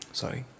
sorry